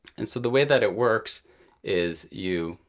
and so the way that it works is you